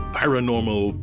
paranormal